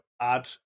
add